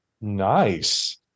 nice